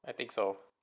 I think so